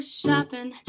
shopping